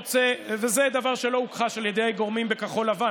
וזה דבר שלא הוכחש על ידי גורמים בכחול לבן,